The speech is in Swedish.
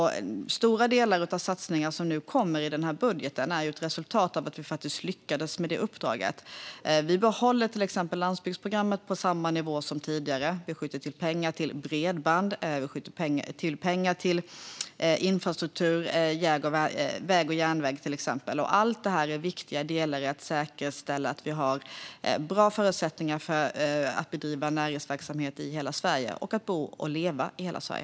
Stora delar av satsningar i den här budgeten är ett resultat av att vi lyckades med det uppdraget. Vi behåller till exempel landsbygdsprogrammet på samma nivå som tidigare. Vi skjuter till pengar till bredband, och vi skjuter till pengar till infrastruktur, till exempel väg och järnväg. Allt det är viktiga delar i att säkerställa att vi har bra förutsättningar för att bedriva näringsverksamhet i hela Sverige och att bo och leva i hela Sverige.